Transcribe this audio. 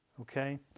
Okay